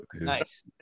Nice